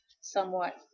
somewhat